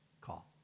call